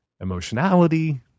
emotionality